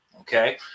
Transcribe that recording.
Okay